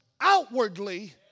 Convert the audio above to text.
outwardly